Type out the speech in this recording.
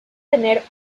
tener